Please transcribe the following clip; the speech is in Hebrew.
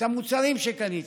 על המוצרים שקניתם,